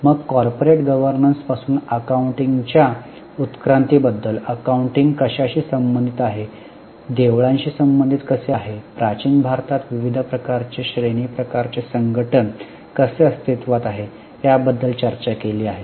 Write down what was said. मग कॉर्पोरेट गव्हर्नन्सपासून अकाउंटिंग च्या उत्क्रांती बद्दल अकाउंटिंग कशाशी संबंधित आहे देवळीशी कसे संबंध आहे प्राचीन भारतात विविध प्रकारचे श्रेणी प्रकारांचे संघटन कसे अस्तित्त्वात आहे याबद्दल चर्चा केली आहे